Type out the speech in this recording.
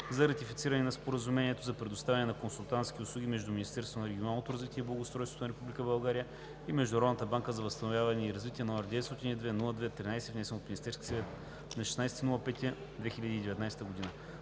за ратифициране на Споразумението за предоставяне на консултантски услуги между Министерството на регионалното развитие и благоустройството на Република България и Международната банка за възстановяване и развитие, № 902-02-13, внесен от Министерския съвет на 16 май 2019 г.